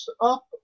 up